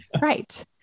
Right